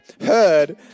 heard